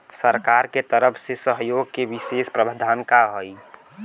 सरकार के तरफ से सहयोग के विशेष प्रावधान का हई?